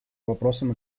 вопросам